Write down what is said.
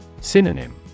Synonym